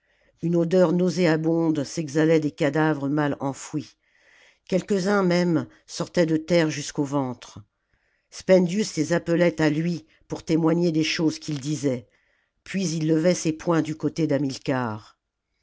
une odeur nauséabonde s'exhalait des cadavres mal enfouis quelques-uns même sortaient de terre jusqu'au ventre spendius les appelait à lui pour témoigner des choses qu'il disait puis il levait ses poings du coté d'hamilcar